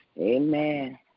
Amen